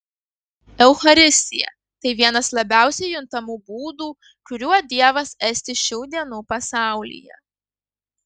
eucharistija tai vienas labiausiai juntamų būdų kuriuo dievas esti šių dienų pasaulyje